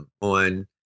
on